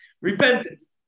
repentance